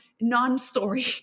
non-story